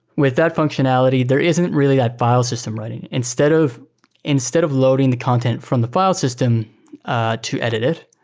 with that functionality, there isn't really a file system running. instead of instead of loading the content from the file system ah to edit it,